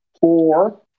Four